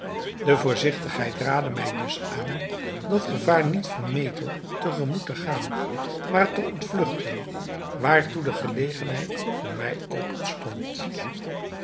de voorzigtigheid raadde mij dus aan dat gevaar niet vermetel te gemoet te gaan maar het te ontvlugten waartoe de gelegenheid voor mij